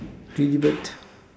three bird